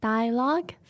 Dialogue